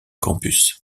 campus